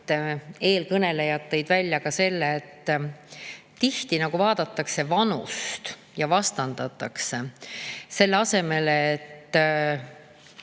eelkõnelejad tõid välja ka selle, et tihti vaadatakse vanust ja vastandatakse, selle asemel et